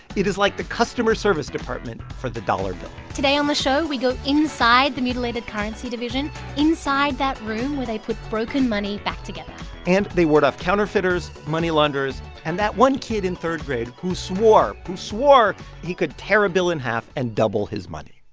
it is like the customer service department for the dollar bill today on the show, we go inside the mutilated currency division inside that room where they put broken money back together and they ward off counterfeiters, money launderers and that one kid in third grade who swore who swore he could tear a bill in half and double his money